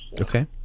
Okay